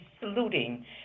saluting